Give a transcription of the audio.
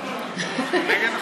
למה?